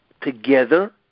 together